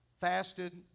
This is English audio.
Fasted